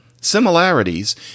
similarities